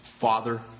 father